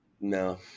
No